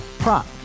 Prop